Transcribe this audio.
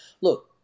look